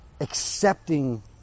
accepting